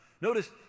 Notice